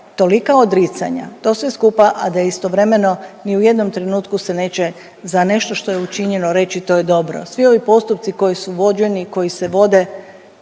tolika odricanja to sve skupa, a da istovremeno ni u jednom trenutku se neće za nešto što je učinjeno reći to je dobro. Svi ovi postupci koji su vođeni i koji se vode